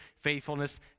faithfulness